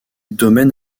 domaine